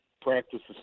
practices